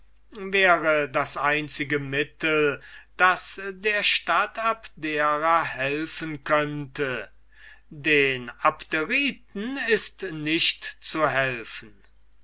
wäre das einzige mittel das der stadt abdera helfen könnte den abderiten ist nicht zu helfen